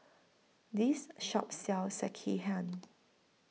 This Shop sells Sekihan